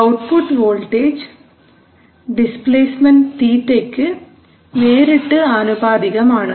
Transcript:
output voltage displacement θ യ്ക്ക് നേരിട്ട് അനുപാതികം ആണ്